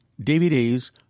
DVDs